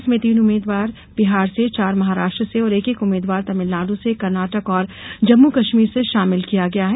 इसमें तीन उम्मीदवार बिहार से चार महाराष्ट्र से और एक एक उम्मीदवार तमिलनाडु कर्नाटक और जम्मू कश्मीर से शामिल किया गया है